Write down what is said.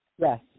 Yes